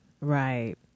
Right